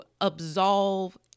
absolve